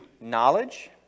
knowledge